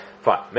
Fine